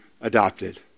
adopted